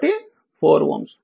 కాబట్టి 4Ω